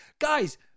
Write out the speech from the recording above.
Guys